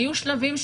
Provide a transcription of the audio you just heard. היו שלבים,